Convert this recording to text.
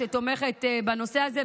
שתומכת בנושא הזה.